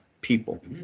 people